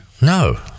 No